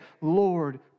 Lord